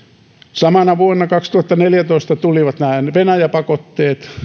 samana vuonna kaksituhattaneljätoista tulivat venäjä pakotteet